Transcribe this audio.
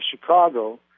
Chicago